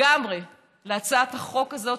לגמרי להצעת החוק הזאת,